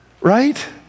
Right